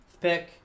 pick